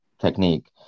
technique